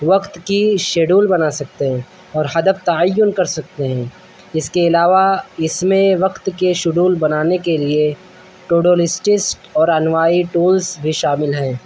وقت کی شیڈول بنا سکتے ہیں اور ہدف تعین کر سکتے ہیں اس کے علاوہ اس میں وقت کے شیڈول بنانے کے لیے ٹو ڈو لسٹس اور انواعی ٹولس بھی شامل ہیں